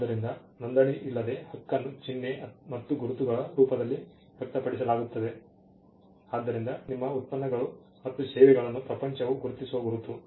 ಆದ್ದರಿಂದ ನೋಂದಣಿ ಇಲ್ಲದೆ ಹಕ್ಕನ್ನು ಚಿಹ್ನೆ ಮತ್ತು ಗುರುತುಗಳ ರೂಪದಲ್ಲಿ ವ್ಯಕ್ತಪಡಿಸಲಾಗುತ್ತದೆ ಆದ್ದರಿಂದ ಟ್ರೇಡ್ಮಾರ್ಕ್ ನಿಮ್ಮ ಉತ್ಪನ್ನಗಳು ಮತ್ತು ಸೇವೆಗಳನ್ನು ಪ್ರಪಂಚವು ಗುರುತಿಸುವ ಗುರುತು